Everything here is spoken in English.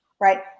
Right